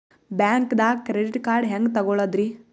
ಬ್ಯಾಂಕ್ದಾಗ credit card ಹೆಂಗ್ ತಗೊಳದ್ರಿ?